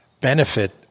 benefit